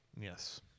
yes